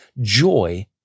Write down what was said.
joy